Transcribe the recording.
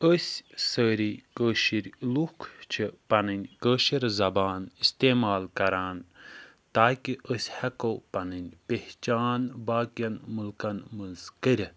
أسۍ سٲری کٲشِر لُکھ چھِ پَنٕنۍ کٲشِر زبان استعمال کران تاکہِ أسۍ ہٮ۪کو پَنٕنۍ پہچان باقِیَن مُلکَن منٛز کٔرِتھ